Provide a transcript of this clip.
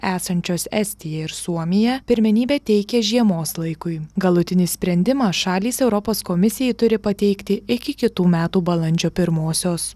esančios estija ir suomija pirmenybę teikia žiemos laikui galutinį sprendimą šalys europos komisijai turi pateikti iki kitų metų balandžio pirmosios